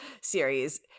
series